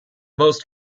most